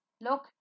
look